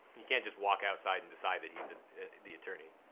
you can't just walk outside and decide that he's the attorney.